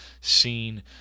seen